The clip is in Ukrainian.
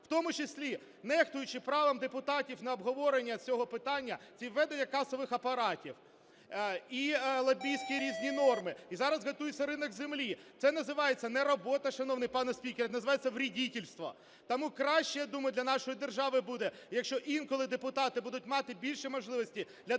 в тому числі нехтуючи правом депутатів на обговорення цього питання, і введення касових апаратів, і лобістські різні норми, і зараз готується ринок землі – це називається не робота, шановний пане спікер. Це називається вредительство. Тому краще, я думаю, для нашої держави буде, якщо інколи депутати будуть мати більше можливості для дискусії,